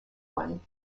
one